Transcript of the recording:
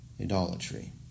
idolatry